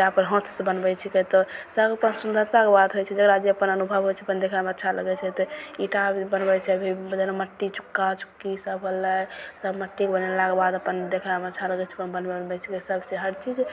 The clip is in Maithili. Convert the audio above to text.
तैपर हाथसँ बनबय छिकै तऽ सभपर सुन्दरताके बात होइ छै जेकरा जे अपन अनुभव होइ छै अपन देखयमे अच्छा लगय छै ओते ईटा भी बनय छै अभी जेना मिट्टी चुक्का चुक्की सभ बनलय सभ मट्टीके बनेलाक बाद अपन देखयमे अच्छा लगय छै अपन बनबयमे सभचीज हर चीज